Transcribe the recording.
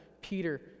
Peter